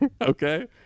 okay